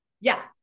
Yes